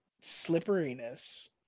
slipperiness